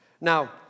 Now